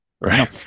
right